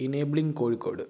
enabling Kozhikode